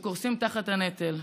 שקורסים תחת הנטל.